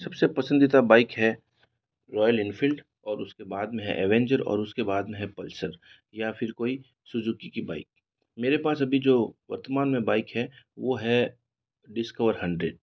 सबसे पसंदीदा बाइक है रॉयल एनफ़ील्ड और उसके बाद में है एवेंजर और उसके बाद में है पल्सर या फिर कोई सुज़ुकी की बाइक मेरे पास अभी जो वर्तमान में बाइक है वो है डिस्कवर हंड्रेड